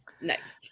Next